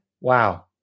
Wow